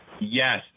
yes